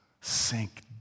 sink